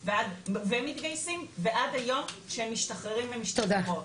ומתגייסים ועד היום שהם משתחררים ומשתחררות.